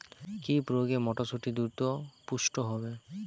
কি প্রয়োগে মটরসুটি দ্রুত পুষ্ট হবে?